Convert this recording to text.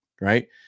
right